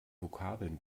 vokabeln